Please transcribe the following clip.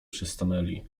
przystanęli